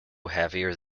heavier